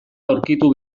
aurkitu